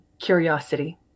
curiosity